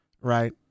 Right